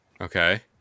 Okay